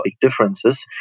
differences